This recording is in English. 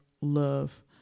love